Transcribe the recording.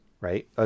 right